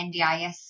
NDIS